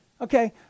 Okay